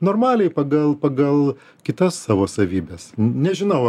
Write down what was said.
normaliai pagal pagal kitas savo savybes nežinau